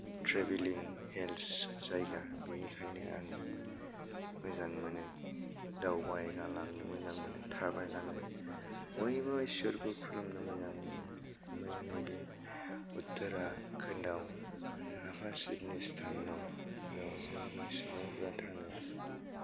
travelling hills जायगा बेनिखायनो आं मोजां मोनो दावबाय गालांनो मोजां मोनो थाबायलांनो बयबो इसोरखौ खुलुमनो मोजां मोनो ओमफ्राय नैबे उत्तराखन्दाव नागाशिबनि स्थान दं बेयाव बयबो सुबुंफोरा थाङो